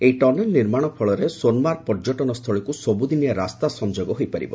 ଏହି ଟନେଲ ନିର୍ମାଣ ଫଳରେ ସୋନମାର୍ଗ ପର୍ଯ୍ୟଟନ ସ୍ଥଳୀକୁ ସବୁଦିନିଆ ରାସ୍ତା ସଂଯୋଗ ହୋଇପାରିବ